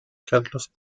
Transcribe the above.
carlos